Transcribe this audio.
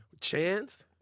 Chance